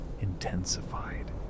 intensified